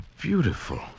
beautiful